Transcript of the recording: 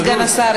אדוני סגן השר,